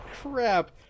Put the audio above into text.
crap